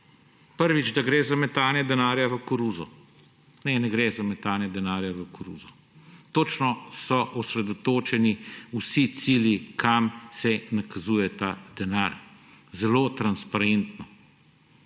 prvič, da gre za metanje denarja v koruzo. Ne, ne gre za metanje denarja v koruzo. Točno so osredotočeni vsi cilji, kam se nakazuje ta denar zelo transparentno.